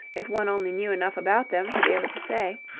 if one only knew enough about them to be able to say.